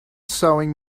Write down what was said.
sewing